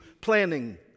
planning